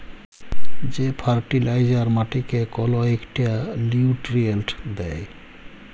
যে ফার্টিলাইজার মাটিকে কল ইকটা লিউট্রিয়েল্ট দ্যায়